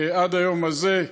עד היום הזה.